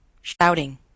shouting